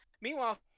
Meanwhile